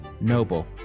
noble